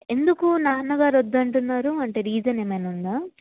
ఎందుకు నాన్నగారు వద్దంటున్నారు అంటే రీజన్ ఏమైనా ఉందా